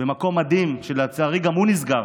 במקום מדהים, שלצערי גם הוא נסגר.